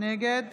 נגד